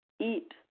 eat